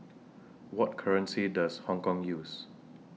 What currency Does Hong Kong use